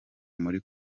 muri